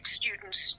students